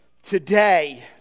Today